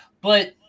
But-